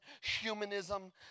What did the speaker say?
humanism